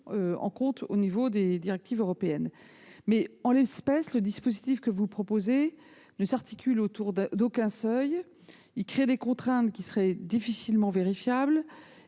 en compte dans les directives européennes. Toutefois, en l'espèce, le dispositif proposé ne s'articule autour d'aucun seuil, crée des contraintes qui seraient difficilement vérifiables.